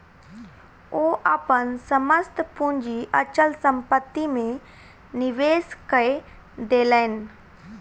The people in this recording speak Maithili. ओ अपन समस्त पूंजी अचल संपत्ति में निवेश कय देलैन